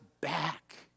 back